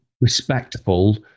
respectful